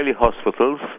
hospitals